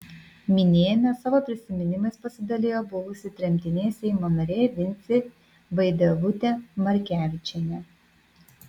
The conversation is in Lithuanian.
minėjime savo prisiminimais pasidalijo buvusi tremtinė seimo narė vincė vaidevutė markevičienė